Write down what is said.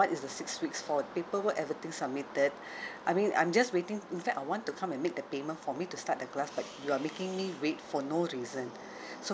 is the six weeks for paperwork everything submitted I mean I'm just waiting in fact I want to come and make the payment for me to start the class but you are making me wait for no reason so